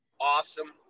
awesome